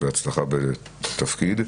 בהצלחה בתפקיד.